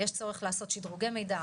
יש צורך לעשות שדרוגי מידע,